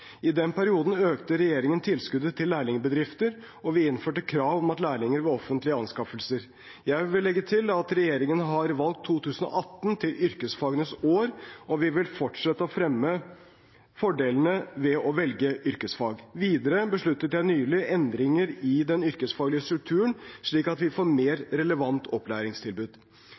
I den perioden økte regjeringen tilskuddet til lærlingbedrifter, og vi innførte krav om lærlinger ved offentlige anskaffelser. Jeg vil legge til at regjeringen har valgt 2018 til yrkesfagenes år, og vi vil fortsette å fremme fordelene ved å velge yrkesfag. Videre besluttet jeg nylig endringer i den yrkesfaglige strukturen, slik at vi får mer relevante opplæringstilbud.